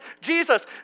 jesus